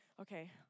okay